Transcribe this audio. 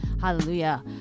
hallelujah